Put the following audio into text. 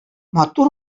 матур